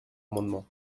amendement